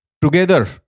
together